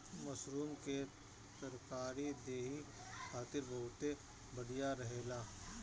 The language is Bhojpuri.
मशरूम के तरकारी देहि खातिर बहुते बढ़िया रहेला